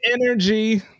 Energy